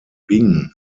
bing